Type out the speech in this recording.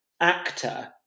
actor